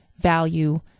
value